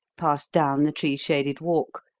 passed down the tree-shaded walk,